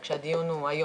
התנגדו לזה.